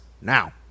now